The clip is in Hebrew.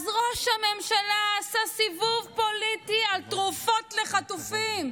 אז ראש הממשלה עשה סיבוב פוליטי על תרופות לחטופים.